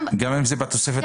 גם אם זה בתוספת השמינית?